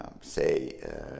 say